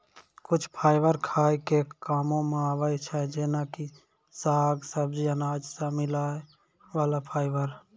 कुछ फाइबर खाय के कामों मॅ आबै छै जेना कि साग, सब्जी, अनाज सॅ मिलै वाला फाइबर